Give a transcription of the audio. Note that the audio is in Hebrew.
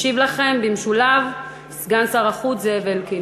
ישיב לכם במשולב סגן שר החוץ זאב אלקין.